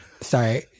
Sorry